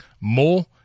more